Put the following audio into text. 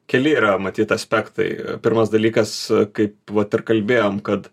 keli yra matyt aspektai pirmas dalykas kaip vat ir kalbėjom kad